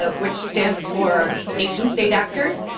ah which stands for nation-state actors,